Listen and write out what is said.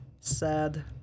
sad